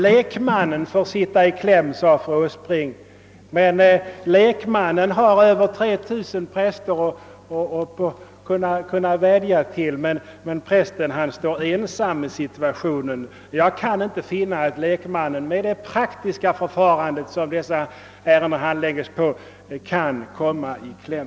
Lekmannen får sitta i kläm, sade fröken Åsbrink, men lekmannen har 3 000 präster att tillgå, medan prästen står ensam. Jag kan inte finna att lekmannen kan komma i kläm på grund av det förfarande som här föreslås.